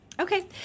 Okay